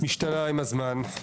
משתנה עם הזמן.